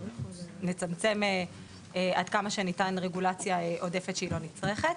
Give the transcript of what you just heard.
ונצמצם עד כמה שניתן את הרגולציה העודפת שהיא לא נצרכת.